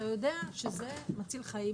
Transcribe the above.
אתה יודע שזה מציל חיים,